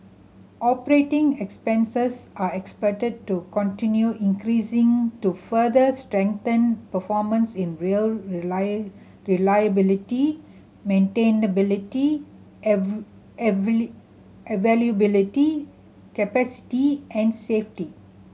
operating expenses are expected to continue increasing to further strengthen performance in rail reliability maintainability availability capacity and safety